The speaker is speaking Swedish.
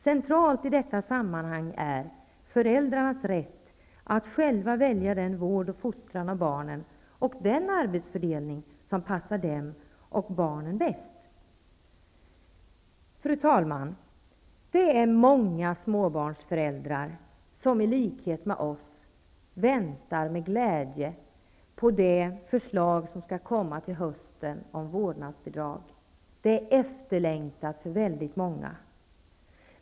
Centralt i detta sammanhang är föräldrarnas rätt att själva välja den vård och fostran av barnen och den arbetsfördelning som passar dem och barnen bäst. Fru talman! Det är många småbarnsföräldrar som i likhet med oss med glädje väntar på det förslag som skall komma till hösten om vårdnadsbidrag. Det är efterlängtat av väldigt många.